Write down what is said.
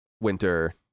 winter